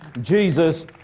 Jesus